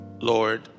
Lord